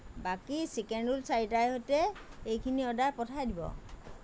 বাকী chicken roll চাৰিটাৰে সৈতে এইখিনি অৰ্ডাৰ পঠাই দিব